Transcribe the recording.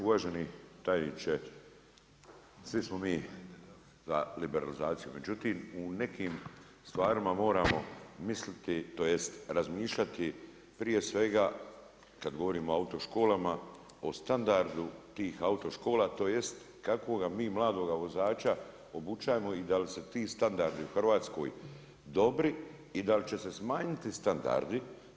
Uvaženi tajniče, svi smo mi za liberalizaciju međutim u nekim stvarima moramo misliti, tj. razmišljati prije svega kad govorimo o autoškolama, o standardu tih autoškola tj. kakvoga mi mladoga vozača obučavamo i da li su ti standardi u Hrvatskoj dobri i da li će se smanjiti standardi.